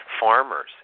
farmers